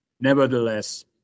nevertheless